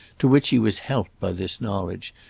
to which he was helped by this knowledge,